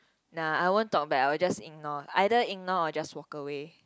nah I won't talk back I will just ignore either ignore or just walk away